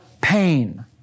pain